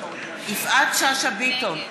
יפעת שאשא ביטון,